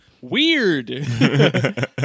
weird